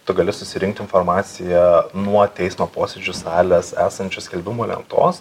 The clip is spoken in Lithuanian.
tu gali susirinkti informaciją nuo teismo posėdžių salės esančios skelbimų lentos